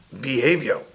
behavior